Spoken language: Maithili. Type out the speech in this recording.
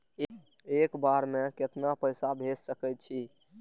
एक बेर में केतना पैसा भेज सके छी?